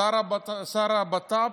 שר הבט"פ,